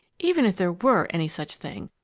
even if there were any such thing,